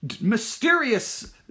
mysterious